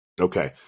okay